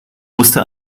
musste